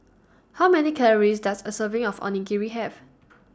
How Many Calories Does A Serving of Onigiri Have